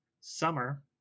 summer